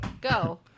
Go